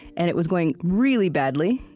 and it was going really badly,